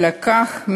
לפיכך,